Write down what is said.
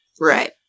Right